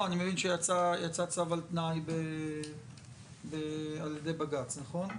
אני מבין שיצא צו על תנאי על ידי בג"ץ, נכון?